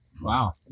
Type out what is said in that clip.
Wow